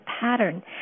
pattern